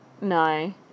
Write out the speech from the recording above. No